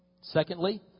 Secondly